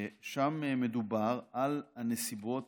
שם מדובר על הנסיבות